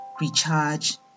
recharge